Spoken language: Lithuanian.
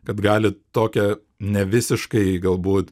kad gali tokią nevisiškai galbūt